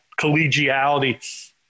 collegiality